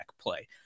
play